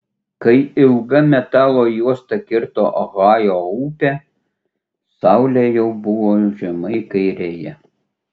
kai ilga metalo juosta kirto ohajo upę saulė jau buvo žemai kairėje